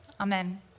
Amen